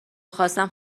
خواستم